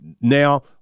now